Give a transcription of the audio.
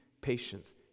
patience